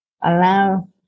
allow